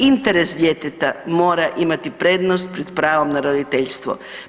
Interes djeteta mora imati prednost pred pravom na roditeljstvom.